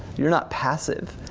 you're not passive,